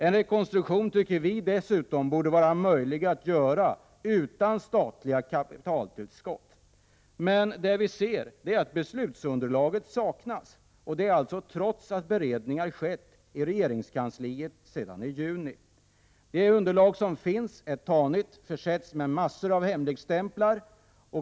En rekonstruktion tycker vi dessutom borde vara möjlig att göra utan statliga kapitaltillskott. Men beslutsunderlaget saknas trots att beredningar skett i regeringskansliet sedan i juni. Det underlag som finns är tanigt, försett med mängder av hemligstämplar.